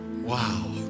wow